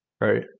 right